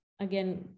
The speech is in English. again